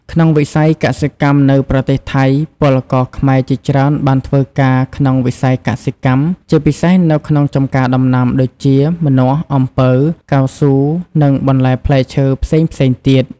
ក្នុងវិស័យសិកម្មនៅប្រទេសថៃពលករខ្មែរជាច្រើនបានធ្វើការក្នុងវិស័យកសិកម្ម ជាពិសេសនៅក្នុងចម្ការដំណាំដូចជា ម្នាស់ អំពៅ កៅស៊ូ និង បន្លែផ្លែឈើ ផ្សេងៗទៀត ។